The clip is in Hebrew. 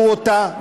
קחו אותה,